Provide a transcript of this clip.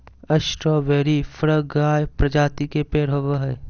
strawberry फ्रगार्य प्रजाति के पेड़ होव हई